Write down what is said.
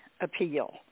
appeal